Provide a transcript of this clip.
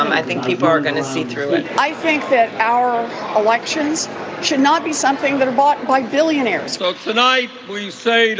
um i think people are going to see through it i think that our elections should not be something that are bought by billionaires folks tonight we say